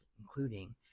including